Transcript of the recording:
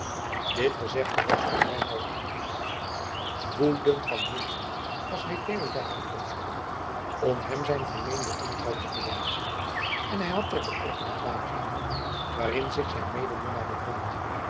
dit gezegde was voor reinout genoeg geweest woedend van minnenijd was hij deodaat gaan opzoeken om hem zijn vermeende ontrouw te verwijten en hij had ter bekorting het laantje genomen waarin zich zijn medeminnaar bevond